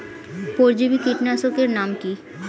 পরজীবী কীটনাশকের নাম কি?